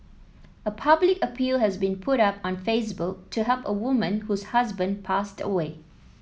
a public appeal has been put up on Facebook to help a woman whose husband passed away